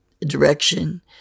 direction